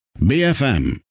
BFM